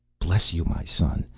bless you, my son,